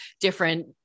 different